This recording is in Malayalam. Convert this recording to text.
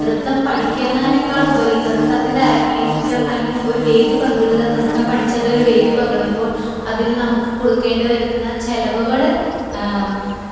നൃത്തം പഠിക്കുന്നെതിനേക്കാൾ ഉപരി നൃത്തത്തിൻ്റെ അരങ്ങേറ്റം അല്ലെങ്കില് ഒരു വേദി പങ്കിടുക നൃത്തം പഠിച്ചതൊരു വേദി പങ്കിടുമ്പോൾ അതില് നമുക്ക് കൊടുക്കേണ്ടി വരുന്ന ചെലവുകള്